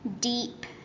deep